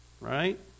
Right